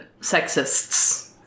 sexists